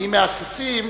ואם מהססים,